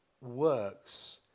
works